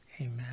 amen